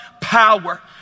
power